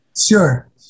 Sure